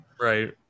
Right